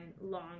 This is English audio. long